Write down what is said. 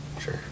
Sure